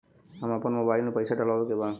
हम आपन मोबाइल में पैसा डलवावे के बा?